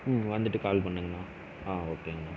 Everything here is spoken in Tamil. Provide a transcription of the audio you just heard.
ம் வந்துட்டு கால் பண்ணுங்கண்ணா ஓகேங்கண்ணா